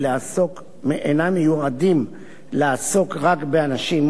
אינם מיועדים להעסיק רק אנשים עם מוגבלות.